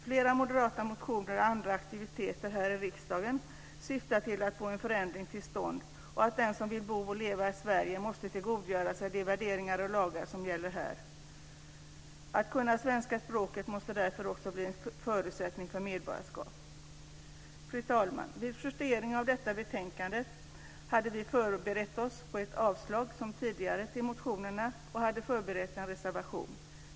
Flera moderata motioner och andra aktiviteter här i riksdagen syftar till att få en förändring till stånd, att den som vill bo och leva i Sverige måste tillgodogöra sig de värderingar och lagar som gäller här. Att kunna svenska språket måste därför också bli en förutsättning för medborgarskap. Fru talman! Vid justeringen av detta betänkande hade vi förberett oss på ett avslag, som tidigare, på motionerna och hade förberett en reservation.